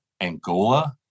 Angola